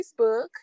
Facebook